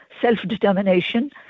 self-determination